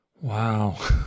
Wow